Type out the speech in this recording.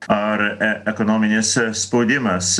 ar e ekonominis spaudimas